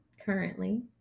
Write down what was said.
currently